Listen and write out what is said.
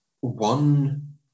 one